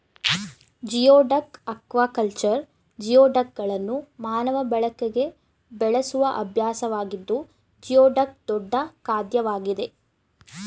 geoduck aquaculture ಜಿಯೋಡಕ್ಗಳನ್ನು ಮಾನವ ಬಳಕೆಗೆ ಬೆಳೆಸುವ ಅಭ್ಯಾಸವಾಗಿದ್ದು ಜಿಯೋಡಕ್ ದೊಡ್ಡ ಖಾದ್ಯವಾಗಿದೆ